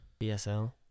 BSL